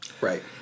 Right